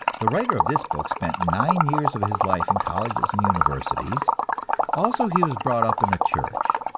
the writer of this book spent nine years of his life in colleges and universities also he was brought up in a church.